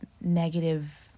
negative